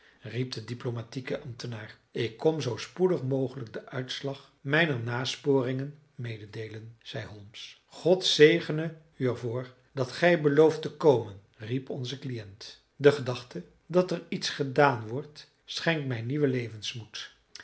riep de diplomatieke ambtenaar ik kom u zoo spoedig mogelijk den uitslag mijner nasporingen mededeelen zeide holmes god zegene u er voor dat gij belooft te komen riep onze cliënt de gedachte dat er iets gedaan wordt schenkt mij nieuwen levensmoed